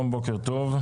שלום, בוקר טוב,